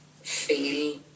feel